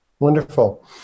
Wonderful